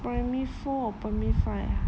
primary four or primary five ah